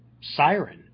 siren